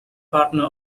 partner